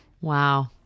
Wow